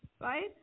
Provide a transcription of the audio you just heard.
right